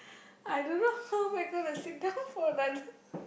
I don't know how am I gonna sit down for another